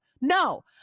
No